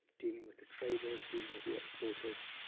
dealing with the traders, dealing with the exporters,